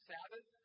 Sabbath